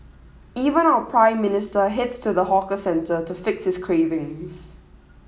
even our Prime Minister heads to the hawker centre to fix his cravings